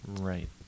Right